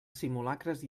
simulacres